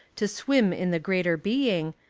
to swim in the greater being,